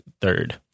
third